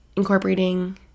incorporating